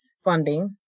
funding